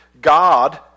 God